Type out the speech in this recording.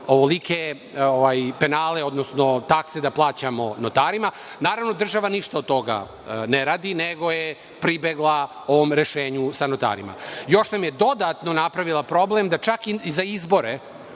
ovolike penale, odnosno takse da plaćamo notarima. Naravno, država ništa od toga ne radi, nego je pribegla ovom rešenju sa notarima. Još nam je dodatno napravila problem da čak i za izbore